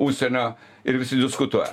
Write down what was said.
užsienio ir visi diskutuoja